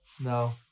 no